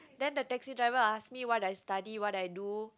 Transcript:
then the taxi driver ask me what I study what I do